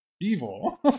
evil